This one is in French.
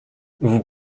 vous